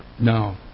no